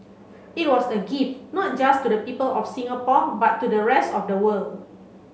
it was a gift not just to the people of Singapore but to the rest of the world